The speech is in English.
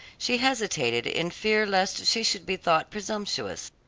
she hesitated in fear lest she should be thought presumptuous.